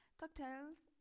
cocktails